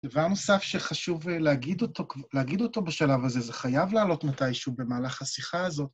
דבר נוסף שחשוב להגיד אותו בשלב הזה, זה חייב לעלות מתישהו במהלך השיחה הזאת...